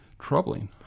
troubling